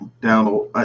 down –